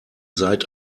seid